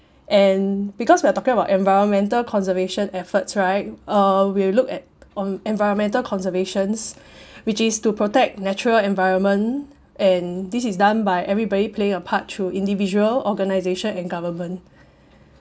and because we are talking about environmental conservation efforts right uh we'll look at on environmental conservations which is to protect natural environment and this is done by everybody playing a part through individual organisation and government